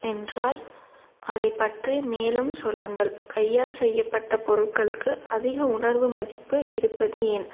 என்றால் அதைப்பற்றி மேலும் சொல்லுங்கள் கையால் செய்யப்பட்ட பொருட்களுக்கு அதிக உணர்வு மதிப்பு இருப்பது ஏன்